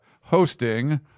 hosting